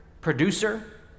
producer